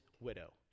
widow